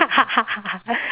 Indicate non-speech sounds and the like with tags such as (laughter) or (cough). (laughs)